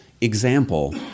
example